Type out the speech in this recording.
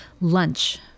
lunch